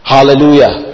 Hallelujah